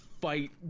fight